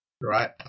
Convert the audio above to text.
right